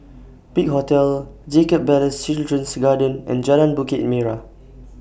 Big Hotel Jacob Ballas Children's Garden and Jalan Bukit Merah